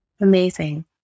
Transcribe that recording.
amazing